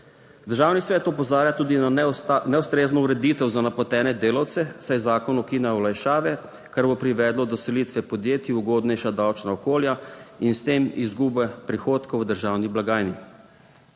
Državni svet opozarja tudi na neustrezno ureditev za napotene delavce, saj zakon ukinja olajšave, kar bo privedlo do selitve podjetij v ugodnejša davčna okolja in s tem izgube prihodkov v **11.